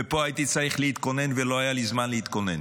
ופה הייתי צריך להתכונן ולא היה לי זמן להתכונן,